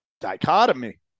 dichotomy